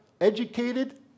educated